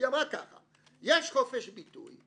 יש חופש ביטוי.